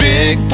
Big